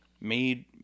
made